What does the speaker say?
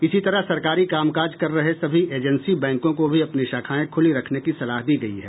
इसी तरह सरकारी कामकाज कर रहे सभी एजेंसी बैंकों को भी अपनी शाखाएं खुली रखने की सलाह दी गयी है